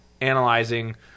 analyzing